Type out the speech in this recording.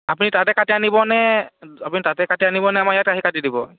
আপুনি তাতে কাটি আনিব নে আপুনি তাতে কাটি আনিব নে আমাৰ ইয়াত আহি কাটি দিব